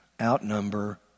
outnumber